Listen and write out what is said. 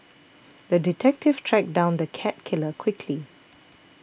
the detective tracked down the cat killer quickly